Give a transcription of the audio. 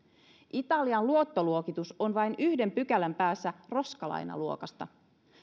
italian luottoluokitus on vain yhden pykälän päässä roskalainaluokasta